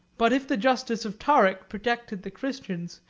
but if the justice of tarik protected the christians,